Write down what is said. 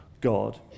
God